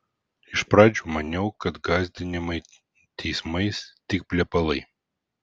iš pradžių maniau kad gąsdinimai teismais tik plepalai